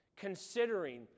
considering